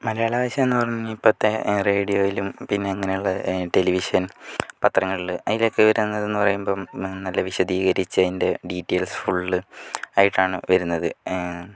മലയാള ഭാഷ എന്ന് പറഞ്ഞാൽ ഇപ്പോഴത്തെ റേഡിയോയിലും പിന്നെ അങ്ങനെയുള്ള ടെലിവിഷൻ പത്രങ്ങളിൽ അതിലൊക്കെ വരുന്നത് എന്ന് പറയുമ്പം നല്ല വിശദീകരിച്ച് അതിൻ്റെ ഡീറ്റെയിൽസ് ഫുള്ള് ആയിട്ടാണ് വരുന്നത്